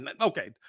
okay